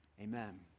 Amen